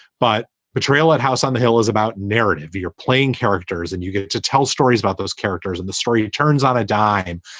but betrayal at house on the hill is about narrative. you're playing characters and you get to tell stories about those characters and the story turns on a dime.